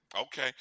okay